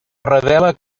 revela